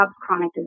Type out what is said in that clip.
chronic